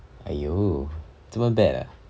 !aiyo! 这么 bad ah